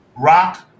Rock